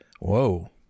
Whoa